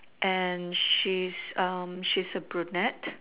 and she's she's a brunette